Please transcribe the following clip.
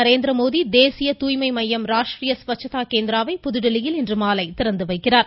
நரேந்திரமோடி தேசிய தூய்மை மையம் ராஷ்ட்ரிய ஸ்வச்சதா கேந்திரா வை புதுதில்லியில் இன்றுமாலை திறந்து வைக்கிறார்